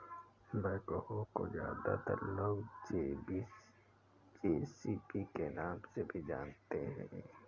backhoe को ज्यादातर लोग जे.सी.बी के नाम से भी जानते हैं